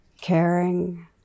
caring